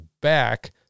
back